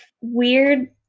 weird